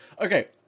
okay